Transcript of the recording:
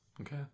Okay